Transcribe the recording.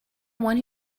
one